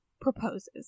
proposes